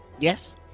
Yes